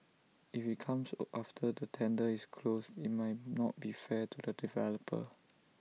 if IT comes after the tender is closed IT might not be fair to the developer